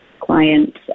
clients